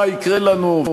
מה יקרה לנו,